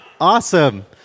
Awesome